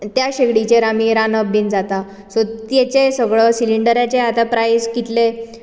त्या शेगडीचेर आमचें रांदप बी जाता सो ताचो सगळो सिलिंडराचो आतां प्रायस कितले